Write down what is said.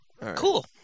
Cool